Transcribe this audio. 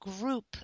group